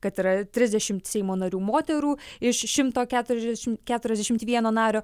kad yra trisdešimt seimo narių moterų iš šimto keturiasdešimt keturiasdešimt vieno nario